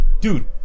dude